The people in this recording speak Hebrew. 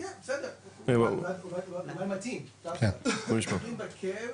בסדר, אולי מתאים, נותנים לכאב,